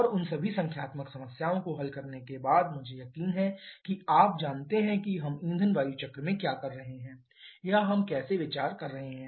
और उन सभी संख्यात्मक समस्याओं को हल करने के बाद मुझे यकीन है कि आप जानते हैं कि हम ईंधन वायु चक्र में क्या कर रहे हैं या हम कैसे विचार कर रहे हैं